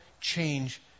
change